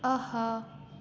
آہا